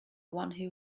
one